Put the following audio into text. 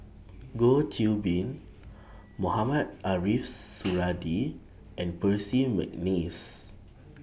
Goh Qiu Bin Mohamed Ariff Suradi and Percy Mcneice